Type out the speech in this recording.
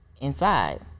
inside